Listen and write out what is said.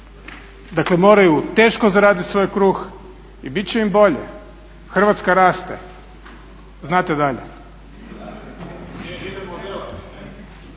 dakle moraju teško zaradit svoj kruh i bit će im bolje, Hrvatska raste. Znate dalje.